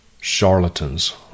charlatans